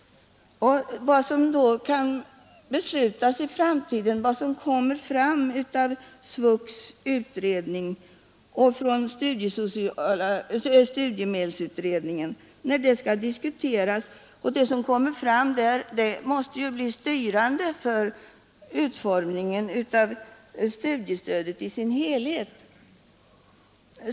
Vad som kommer fram av SVUXs utredning och från studiemedelsutredningen måste bli styrande för utformningen av studiestödet i dess helhet.